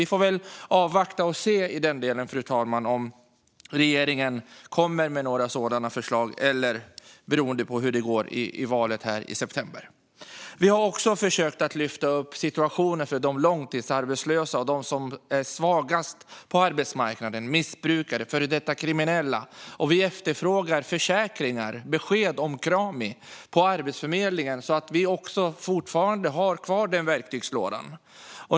Vi får väl avvakta, fru talman, och se om regeringen kommer med några sådana förslag, beroende på hur det går i valet i september. Vi har också försökt lyfta upp situationen för de långtidsarbetslösa och de som är svagast på arbetsmarknaden - missbrukare och före detta kriminella. Vi efterfrågar försäkringar och besked om Krami på Arbetsförmedlingen, så att vi fortfarande har kvar den verktygslådan.